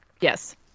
Yes